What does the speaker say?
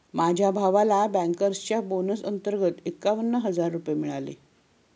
माझ्या भावाला बँकर्सच्या बोनस अंतर्गत एकावन्न हजार रुपये मिळाले